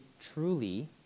truly